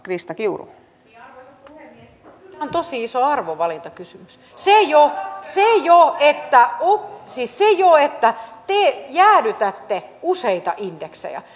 kyllä tämä on tosi iso arvovalintakysymys siis jo se että te jäädytätte useita indeksejä